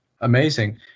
Amazing